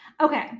Okay